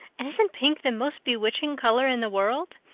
and isn't pink the most bewitching color in the world?